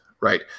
right